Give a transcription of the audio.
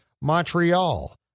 Montreal